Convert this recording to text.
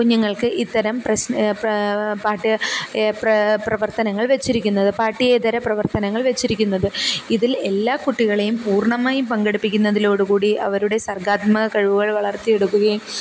കുഞ്ഞുങ്ങൾക്ക് ഇത്തരം പ്രവർത്തനങ്ങൾ വച്ചിരിക്കുന്നത് പഠ്യേതര പ്രവർത്തനങ്ങൾ വച്ചിരിക്കുന്നത് ഇതിൽ എല്ലാ കുട്ടികളെയും പൂർണമായും പങ്കെടുപ്പിക്കുന്നതോടു കൂടി അവരുടെ സർഗാത്മക കഴിവുകൾ വളർത്തിയെടുക്കുകയും